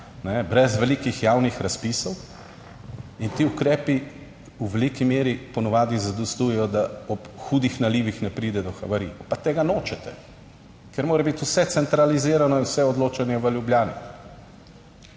brez velikih javnih razpisov in ti ukrepi v veliki meri po navadi zadostujejo, da ob hudih nalivih ne pride do havarij, pa tega nočete, ker mora biti vse centralizirano in vse odločanje v Ljubljani.